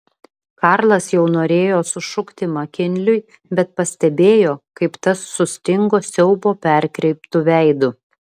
karlas jau norėjo sušukti makinliui bet pastebėjo kaip tas sustingo siaubo perkreiptu veidu